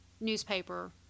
newspaper